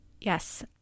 Yes